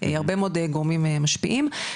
הרבה מאד גורמים משפעים,